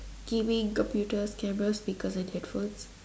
t_v computers camera speakers and headphone